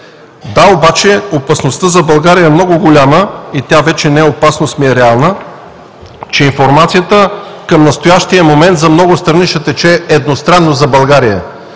Да, обаче опасността за България е много голяма. Тя вече не е опасност, а е реална, че информацията към настоящия момент за много страни ще тече едностранно за България.